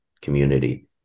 community